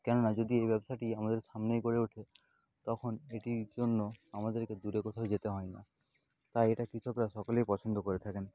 কেননা যদি এই ব্যবসাটি আমাদের সামনেই গড়ে ওঠে তখন এটির জন্য আমাদেরকে দূরে কোথাও যেতে হয় না তাই এটা কৃষকরা সকলেই পছন্দ করে থাকেন